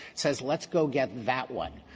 says let's go get that one.